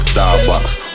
Starbucks